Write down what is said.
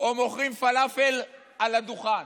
או מוכרים פלאפל על הדוכן,